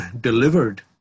delivered